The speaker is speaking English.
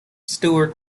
stuart